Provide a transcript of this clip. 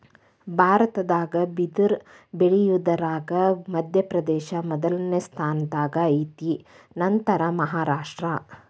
ಭಾರತದಾಗ ಬಿದರ ಬಳಿಯುದರಾಗ ಮಧ್ಯಪ್ರದೇಶ ಮೊದಲ ಸ್ಥಾನದಾಗ ಐತಿ ನಂತರಾ ಮಹಾರಾಷ್ಟ್ರ